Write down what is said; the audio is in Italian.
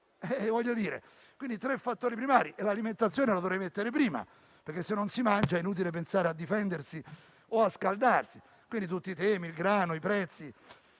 sono tre fattori primari. L'alimentazione la dovrei mettere prima, perché se non si mangia è inutile pensare a difendersi o a scaldarsi. Di qui tutti i temi come il prezzo